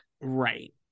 right